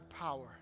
power